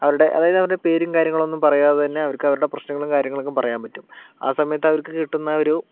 അവരുടെ അതായതവരുടെ പേരും കാര്യങ്ങളൊന്നും പറയാതെ തന്നെ അവർക്ക് അവരുടെ പ്രശ്നങ്ങളും കാര്യങ്ങളും പറയാൻ പറ്റും ആ സമയത്ത് അവർക്ക് കിട്ടുന്ന ഒരു